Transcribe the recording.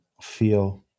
feel